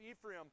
Ephraim